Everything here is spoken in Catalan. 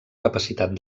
capacitat